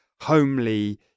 homely